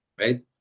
right